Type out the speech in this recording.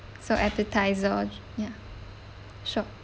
so appetiser ya sure